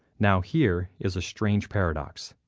now here is a strange paradox,